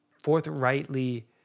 forthrightly